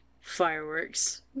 fireworks